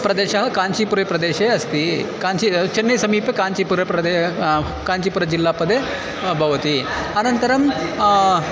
प्रदेशः काञ्चीपुरे प्रदेशे अस्ति काञ्ची चेन्नै समीपे काञ्चीपुरं प्रदेशे काञ्चूपुरजिल्लापदे भवति अनन्तरं